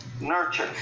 nurture